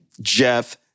Jeff